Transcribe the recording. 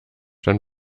dann